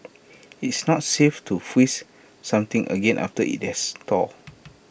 it's not safe to freeze something again after IT has thawed